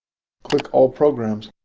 click all programs.